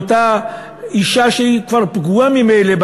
לאותה אישה שהיא כבר פגועה ממילא,